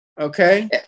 okay